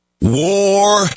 War